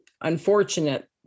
unfortunate